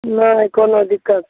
नहि कोनो दिक्कत